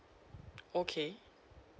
okay